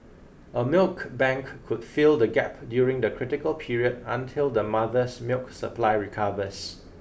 a milk bank could fill the gap during the critical period until the mother's milk supply recovers